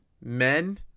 men